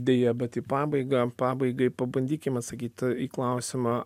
deja bet į pabaigą pabaigai pabandykim atsakyt į klausimą